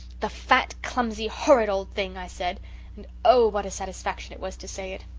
the fat, clumsy, horrid old thing i said and oh, what a satisfaction it was to say it.